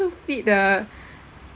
feed the